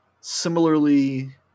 similarly